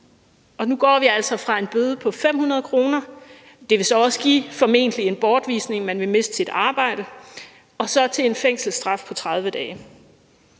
nu går vi altså fra en bøde på 500 kr. – det vil så formentlig også give en bortvisning, man vil miste sit arbejde – og så til en fængselsstraf på 30 dage.